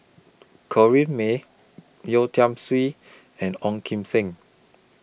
Corrinne May Yeo Tiam Siew and Ong Kim Seng